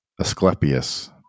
Asclepius